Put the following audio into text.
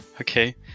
okay